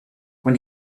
when